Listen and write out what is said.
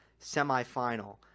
semifinal